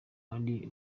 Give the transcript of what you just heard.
ari